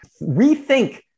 rethink